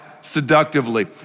seductively